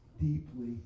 deeply